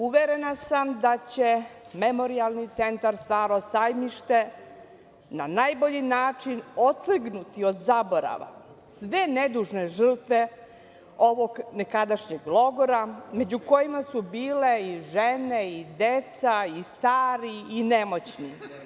Uverena sam da će Memorijalni centar „Staro sajmište“ na najbolji način otrgnuti od zaborava sve nedužne žrtve ovog nekadašnjeg logora, među kojima su bile i žene i deca i stari i nemoćni.